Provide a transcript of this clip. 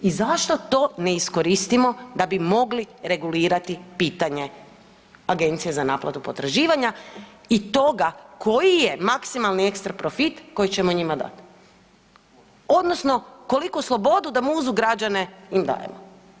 I zašto to ne iskoristimo da bi mogli regulirati pitanje agencija za naplatu potraživanja i toga koji je maksimalni ekstra profit koji ćemo njima dat odnosno koliku slobodu da muzu građane im dajemo?